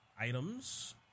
items